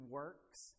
works